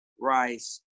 rice